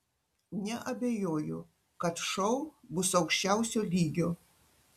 neabejoju kad šou bus aukščiausio lygio